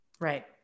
Right